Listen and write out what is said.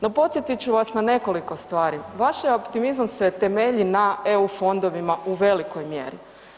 No, podsjetit ću vas na nekoliko stvari, vaš optimizam se temelji na EU fondovima u velikoj mjeri.